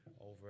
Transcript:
over